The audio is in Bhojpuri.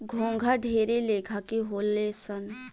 घोंघा ढेरे लेखा के होले सन